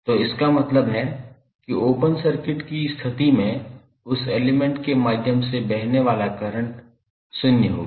तो इसका मतलब है कि ओपन सर्किट की स्थिति में उस एलिमेंट के माध्यम से बहने वाला करंट शून्य होगा